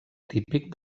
típic